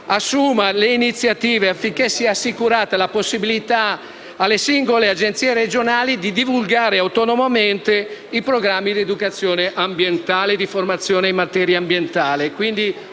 opportune iniziative affinché sia assicurata la possibilità per le agenzie regionali di divulgare anche autonomamente programmi di educazione ambientale e di formazione in materia ambientale.